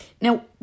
Now